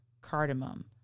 cardamom